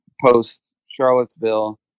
post-Charlottesville